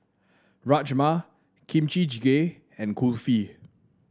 Rajma Kimchi Jjigae and Kulfi